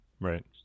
Right